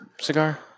cigar